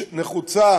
נחוצה